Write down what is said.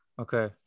Okay